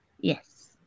Yes